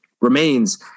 remains